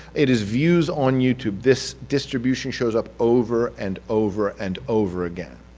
it is views on youtube, this distribution shows up over and over and over again.